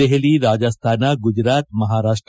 Delhi Rajasthan Gujarat Maharashtra